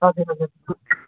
हजुर हजुर